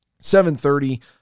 7.30